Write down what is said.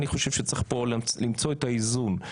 אני חושב שצריך פה למצוא את האיזון.